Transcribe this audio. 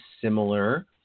similar